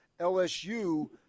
LSU